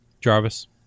Jarvis